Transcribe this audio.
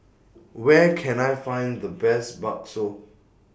Where Can I Find The Best Bakso